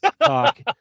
talk